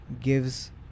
gives